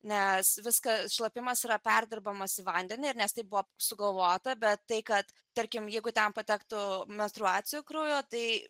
nes viską šlapimas yra perdirbamas į vandenį ir nes taip buvo sugalvota bet tai kad tarkim jeigu ten patektų menstruacijų kraujo tai